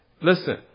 listen